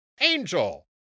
Angel